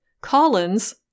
Collins